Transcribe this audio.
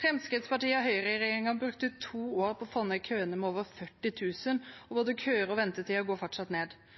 Høyre–Fremskrittsparti-regjeringen brukte to år på å få ned køene med over 40 000. Både køer og ventetid går fortsatt ned.